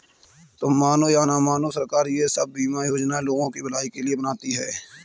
तुम मानो या न मानो, सरकार ये सब बीमा योजनाएं लोगों की भलाई के लिए ही बनाती है